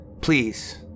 please